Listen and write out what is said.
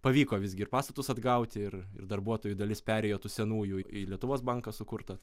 pavyko visgi ir pastatus atgauti ir ir darbuotojų dalis perėjo tų senųjų į lietuvos banką sukurtą